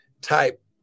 type